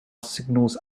signals